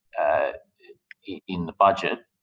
ah in the budget,